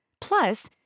Plus